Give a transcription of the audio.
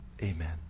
Amen